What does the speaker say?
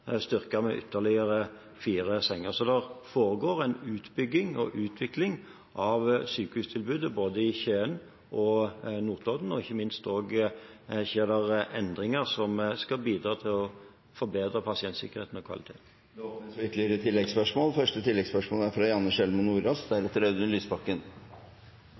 utvikling av sykehustilbudet, både i Skien og Notodden, og ikke minst skjer det også endringer som skal bidra til å forbedre pasientsikkerheten og kvaliteten. Det åpnes for oppfølgingsspørsmål – først Janne Sjelmo Nordås.